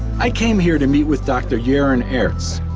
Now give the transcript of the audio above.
i came here to meet with dr. jeroen aerts,